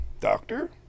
doctor